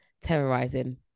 terrorizing